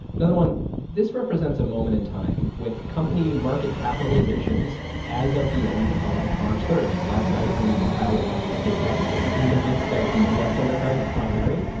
another one, this represents a moment in time with company market capitalizations as of the end of march third, last night, when we compiled a lot of this data in the midst of the us democratic primary,